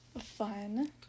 Fun